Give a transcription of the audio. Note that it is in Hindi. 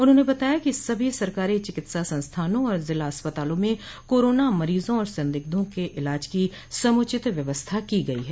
उन्होंने बताया कि सभी सरकारी चिकित्सा संस्थानों और जिला अस्पतालों में कोरोना मरीजों और संदिग्धा के इलाज की समुचित व्यवस्था की गई है